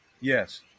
Yes